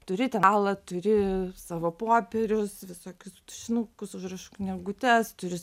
turėti alą turi savo popierius visokius tušinukus užrašų knygutes turiu